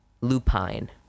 lupine